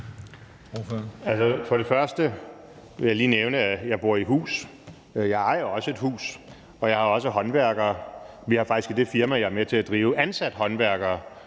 (DF): Først vil jeg lige nævne, at jeg bor i hus – jeg ejer også et hus, og jeg har også håndværkere. Vi har faktisk i det firma, jeg er med til at drive, ansat håndværkere